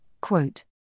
quote